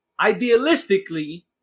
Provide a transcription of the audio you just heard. Idealistically